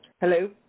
Hello